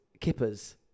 kippers